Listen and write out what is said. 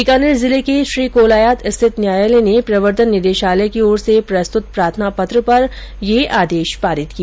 बीकानेर जिले के श्रीकोलायत स्थित न्यायालय ने प्रवर्तन निदेशालय की ओर से प्रस्तुत प्रार्थना पत्र पर यह आदेश पारित किया